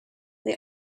they